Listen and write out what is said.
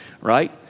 Right